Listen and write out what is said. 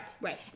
Right